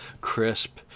crisp